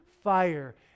fire